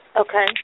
Okay